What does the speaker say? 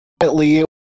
ultimately